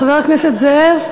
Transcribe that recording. חבר הכנסת זאב?